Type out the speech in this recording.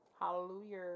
Hallelujah